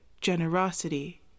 generosity